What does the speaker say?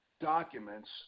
documents